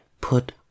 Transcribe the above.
put